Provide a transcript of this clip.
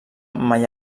mai